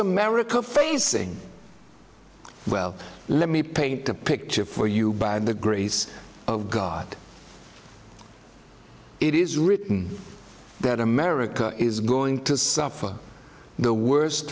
america facing well let me paint a picture for you by the grace of god it is written that america is going to suffer the worst